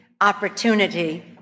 opportunity